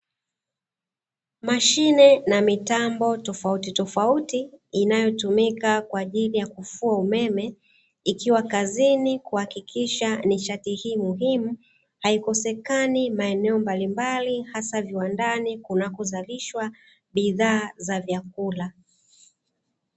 Mashine na mitambo tofautitofauti, inayotumika kwa ajili ya kufua umeme, ikiwa kazini kuhakikisha nishati hii muhimu haikosekani maeneo mbalimbali hasa viwandani kunakozalishwa bidhaa za vyakula.